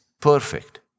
perfect